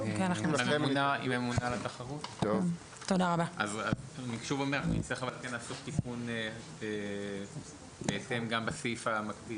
נצטרך לעדכן, לעשות תיקון בהתאם גם בסעיף המקביל.